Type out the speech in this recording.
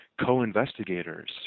co-investigators